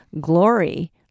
glory